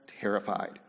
terrified